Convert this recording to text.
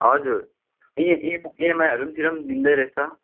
हजुर इ इम एएमआईहरू पनि तिर पनि दिँदैरहेछ